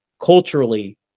culturally